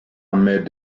ahmed